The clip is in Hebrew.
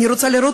אני רוצה לראות